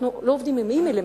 אנחנו לא עובדים עם אימיילים,